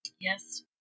Yes